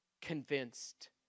Convinced